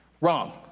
Wrong